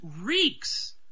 reeks